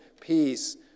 peace